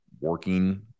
working